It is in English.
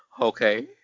Okay